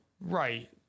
Right